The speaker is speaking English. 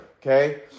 Okay